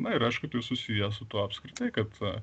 na ir aišku tai susiję su tuo apskritai kad